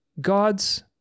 God's